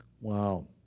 Wow